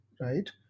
right